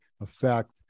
affect